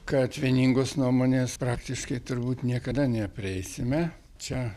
kad vieningos nuomonės praktiškai turbūt niekada neprieisime čia